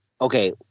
okay